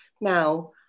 now